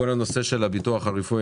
כל הנושא של הביטוח הרפואי,